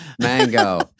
Mango